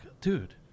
dude